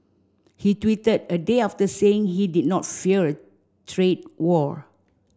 he tweeted a day after saying he did not fear a trade war